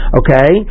okay